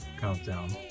countdown